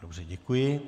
Dobře, děkuji.